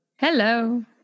Hello